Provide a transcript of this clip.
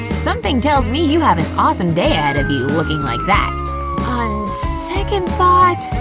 something tells me you have an awesome day ahead of you looking like that! on second thought,